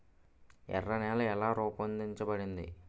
ఎర్ర నేల ఎలా రూపొందించబడింది?